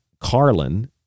Carlin